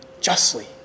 justly